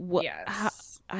Yes